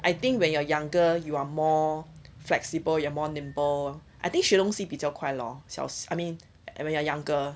I think when you're younger you are more flexible you are more nimble I think she 学东西比较快 lor 小 I mean and when you're younger